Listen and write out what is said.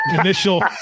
initial